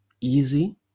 easy